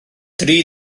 dri